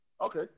Okay